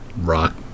rock